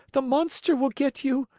the monster will get you!